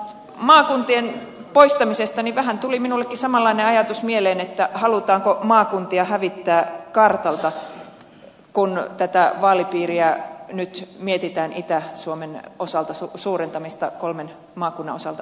maakuntien poistamisesta vähän tuli minullekin samanlainen ajatus mieleen että halutaanko maakuntia hävittää kartalta kun tätä vaalipiiriä nyt mietitään itä suomen osalta suurentamista kolmen maakunnan osalta esimerkiksi